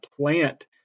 plant